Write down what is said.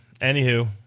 anywho